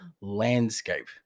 landscape